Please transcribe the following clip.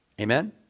Amen